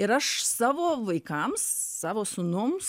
ir aš savo vaikams savo sūnums